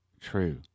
true